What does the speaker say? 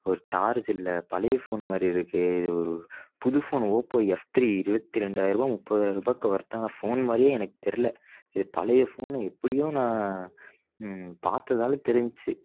ஒரு சார்ஜ் இல்லை பழைய ஃபோன் மாதிரி இருக்குது இது ஒரு புது ஃபோன் ஓப்போ எஃப் த்ரீ இருபத்தி ரெண்டாயிரம் ரூபா முப்பதாயிரம் ரூபாய்க்கு ஒர்த்தான ஃபோன் மாதிரியே எனக்கு தெரில இது பழைய ஃபோன் எப்படியும் நான் பார்த்ததால தெரிஞ்ச்சு